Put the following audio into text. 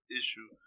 issue